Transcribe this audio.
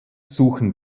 suchen